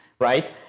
right